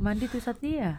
monday to saturday ah